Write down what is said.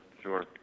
sure